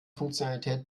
funktionalität